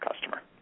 customer